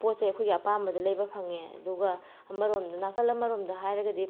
ꯄꯣꯠꯁꯦ ꯑꯩꯈꯣꯏꯒꯤ ꯑꯄꯥꯝꯕꯗꯣ ꯂꯩꯕ ꯐꯪꯉꯦ ꯑꯗꯨꯒ ꯑꯃꯔꯣꯝꯗ ꯅꯥꯀꯜ ꯑꯃꯔꯣꯝꯗ ꯍꯥꯏꯔꯒꯗꯤ